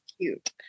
cute